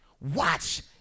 Watch